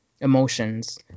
emotions